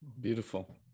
beautiful